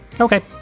Okay